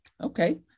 Okay